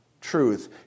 truth